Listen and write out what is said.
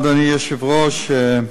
אדוני היושב-ראש,